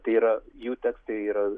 tai yra jų tekstai yra